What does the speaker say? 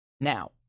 Now